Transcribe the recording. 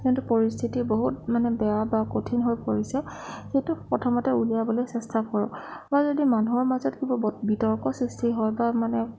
কিন্তু পৰিস্থিতি বহুত মানে বেয়া বা কঠিন হৈ পৰিছে সেইটো প্ৰথমতে উলিয়াবলৈ চেষ্টা কৰক মই যদি মানুহৰ মাজত কিবা বিতৰ্কৰ সৃষ্টি হয় বা মানে